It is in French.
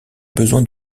besoins